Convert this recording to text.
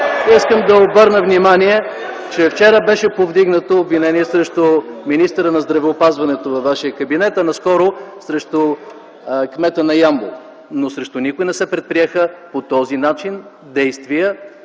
само да обърна внимание, че вчера беше повдигнато обвинение срещу министъра на здравеопазването във вашия кабинет, а наскоро и срещу кмета на Ямбол, но срещу никого не се предприеха по този начин действия